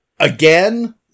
Again